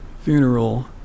funeral